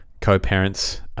co-parents